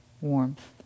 warmth